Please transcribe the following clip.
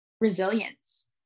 resilience